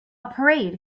parade